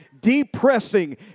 depressing